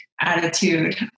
attitude